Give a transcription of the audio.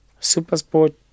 Supersport